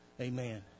Amen